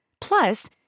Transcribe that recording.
Plus